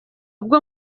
bwo